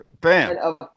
Bam